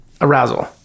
arousal